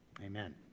Amen